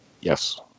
Yes